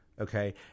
Okay